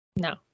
No